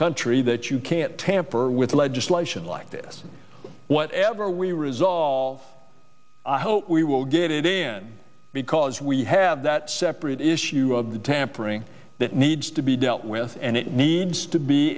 country that you can't tamper with legislation like this whatever we resolve i hope we will get it again because we have that separate issue of the tampering that needs to be dealt with and it needs to be